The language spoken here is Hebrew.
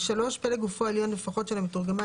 פלג גופו העליון לפחות של המתורגמן